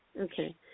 Okay